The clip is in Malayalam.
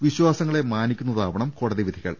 വിശ്വാസങ്ങളെ മാനിക്കുന്നതാകണം കോടതി വിധികൾ